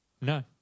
No